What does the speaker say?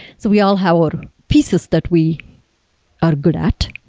so we all have our pieces that we are good at.